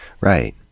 Right